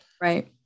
right